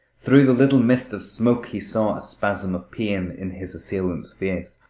through the little mist of smoke he saw a spasm of pain in his assailant's face,